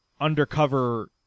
undercover